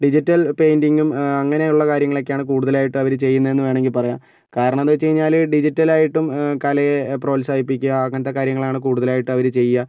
digital പെയിന്റിങ്ങും അങ്ങനെയുള്ള കാര്യങ്ങളൊക്കെയാണ് കൂടുതലായിട്ടും അവർ ചെയ്യുന്നതെന്ന് വേണമെങ്കിൽ പറയാം കാരണം എന്തെന്ന് വെച്ച് കഴിഞ്ഞാൽ ഡിജിറ്റലായിട്ടും കലയെ പ്രോത്സാഹിപ്പിക്കുക അങ്ങനെത്തെ കാര്യങ്ങളാണ് കൂടുതലായിട്ടും അവർ ചെയ്യുക